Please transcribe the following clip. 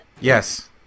Yes